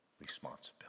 responsibility